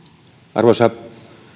arvoisa